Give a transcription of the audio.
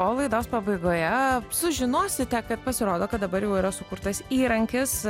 o laidos pabaigoje sužinosite kad pasirodo kad dabar jau yra sukurtas įrankis